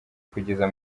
kugeza